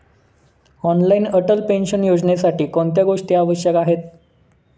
Online Atal pension योजनेसाठी कोणत्या गोष्टी आवश्यक आहेत?